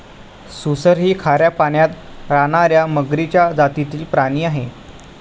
सुसर ही खाऱ्या पाण्यात राहणार्या मगरीच्या जातीतील प्राणी आहे